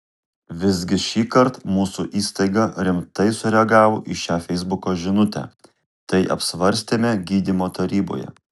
visgi šįkart mūsų įstaiga rimtai sureagavo į šią feisbuko žinutę tai apsvarstėme gydymo taryboje